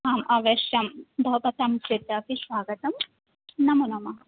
आम् अवश्यं भवतां कृते अपि स्वागतं नमो नमः